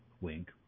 Wink